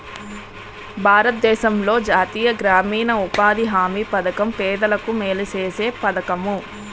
భారతదేశంలో జాతీయ గ్రామీణ ఉపాధి హామీ పధకం పేదలకు మేలు సేసే పధకము